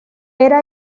era